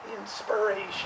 Inspiration